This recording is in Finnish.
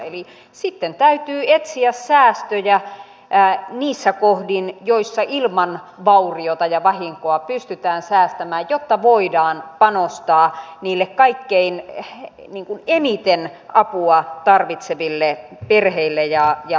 eli sitten täytyy etsiä säästöjä niissä kohdin joissa ilman vauriota ja vahinkoa pystytään säästämään jotta voidaan panostaa niille kaikkein eniten apua tarvitseville perheille ja lapsille